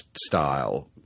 style